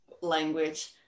language